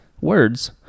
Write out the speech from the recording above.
Words